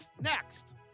next